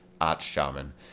arch-shaman